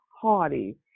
Hardy